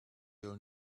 will